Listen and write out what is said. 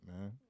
man